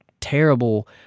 terrible